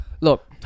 Look